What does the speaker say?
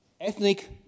Ethnic